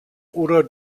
oder